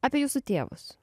apie jūsų tėvus